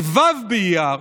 אבל בו' באייר,